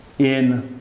in